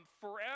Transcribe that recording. forever